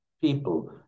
people